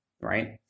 right